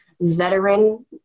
veteran